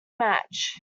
match